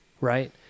right